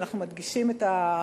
ואנחנו מדגישים את הפריפריה,